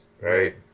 right